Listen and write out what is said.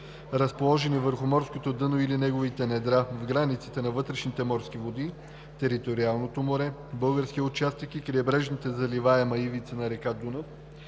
разположени върху морското дъно или неговите недра в границите на вътрешните морски води, териториалното море, българския участък и крайбрежната заливаема ивица на р. Дунав,